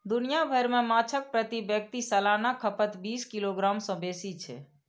दुनिया भरि मे माछक प्रति व्यक्ति सालाना खपत बीस किलोग्राम सं बेसी छै